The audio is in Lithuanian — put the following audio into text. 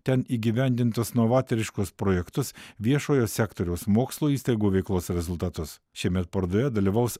ten įgyvendintus novatoriškus projektus viešojo sektoriaus mokslo įstaigų veiklos rezultatus šiemet parodoje dalyvaus